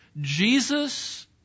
Jesus